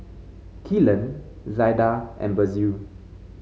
Kellan Zaida and Basil